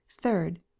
third